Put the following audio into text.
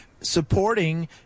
supporting